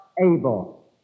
able